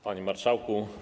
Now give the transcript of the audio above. Panie Marszałku!